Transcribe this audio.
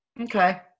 Okay